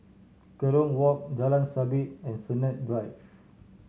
Kerong Walk Jalan Sabit and Sennett Drive